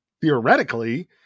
theoretically